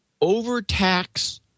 overtax